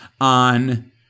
on